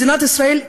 מדינת ישראל,